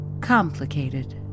complicated